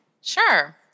Sure